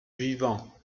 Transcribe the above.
vivant